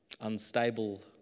Unstable